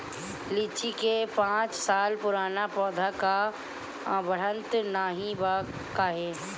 लीची क पांच साल पुराना पौधा बा बढ़त नाहीं बा काहे?